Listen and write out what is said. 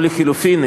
או לחלופין,